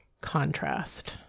contrast